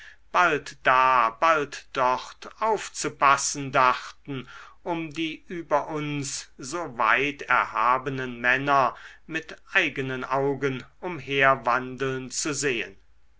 bald da bald dort aufzupassen dachten um die über uns so weit erhabenen männer mit eigenen augen umherwandeln zu sehen